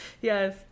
Yes